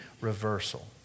reversal